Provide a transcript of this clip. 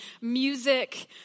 music